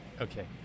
okay